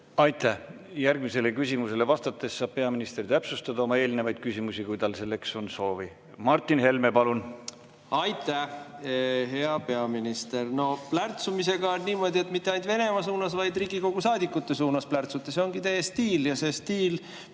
Aitäh! Järgmisele küsimusele vastates saab peaminister täpsustada vastuseid eelmistele küsimustele, kui tal selleks soovi on. Martin Helme, palun! Aitäh! Hea peaminister! No plärtsumisega on niimoodi, et te mitte ainult Venemaa suunas, vaid ka Riigikogu saadikute suunas plärtsute. See ongi teie stiil ja see stiil